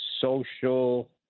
social